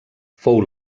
fou